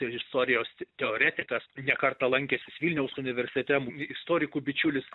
ir istorijos teoretikas ne kartą lankęsis vilniaus universitete istorikų bičiulis